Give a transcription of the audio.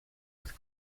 with